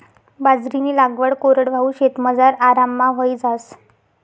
बाजरीनी लागवड कोरडवाहू शेतमझार आराममा व्हयी जास